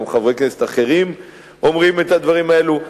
גם חברי כנסת אחרים אומרים את הדברים האלו.